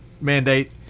mandate